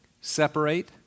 Separate